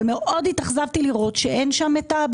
אבל מאוד התאכזבתי לראות שאין בתקציב את